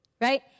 Right